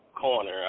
corner